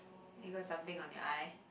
you got something on your eye